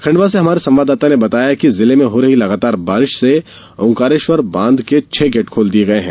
खंडवा से हमारे संवाददाता ने बताया है कि जिले में हो रही लगातार बारिश से ओंकारेश्वर बांध के छह गेट खोल दिये गये हैं